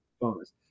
bonus